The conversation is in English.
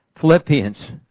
Philippians